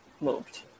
moved